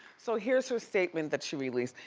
so, here's her statement that she released.